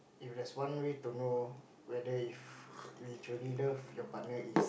if there's one way to know whether if we truly love your partner is